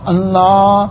Allah